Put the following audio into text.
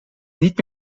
niet